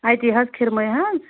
اَتی حظ کھِرمے حظ